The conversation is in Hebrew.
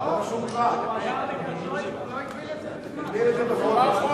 הוא לא הגביל את זה בזמן.